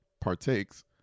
partakes